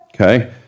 Okay